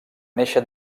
néixer